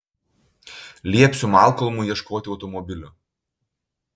liepsiu malkolmui ieškoti automobilio